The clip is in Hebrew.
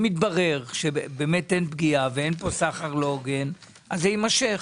אם יתברר שאין פגיעה ואין פה סחר לא הוגן זה יימשך.